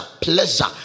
pleasure